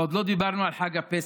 ועוד לא דיברנו על חג הפסח?